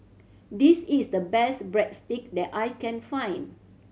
this is the best Breadstick that I can find